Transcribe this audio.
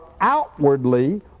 outwardly